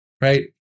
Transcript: right